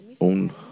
own